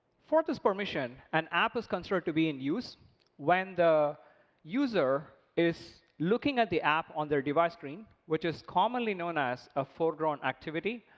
for this permission, an app is considered to be in use when the user is looking at the app on their device screen, which is commonly known as a foreground activity,